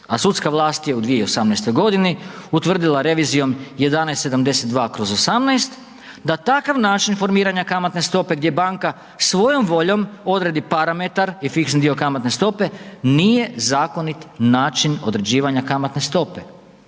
A sudska vlast je u 2018. g. utvrdila revizijom 1172/18 da takav način formiranja kamatne stope gdje banka svojom voljom odredi parametar i fiksni dio kamatne stope, nije zakonit način određivanja kamatne stope